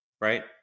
Right